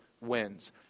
wins